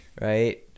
right